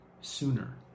sooner